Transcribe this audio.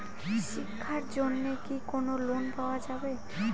শিক্ষার জন্যে কি কোনো লোন পাওয়া যাবে?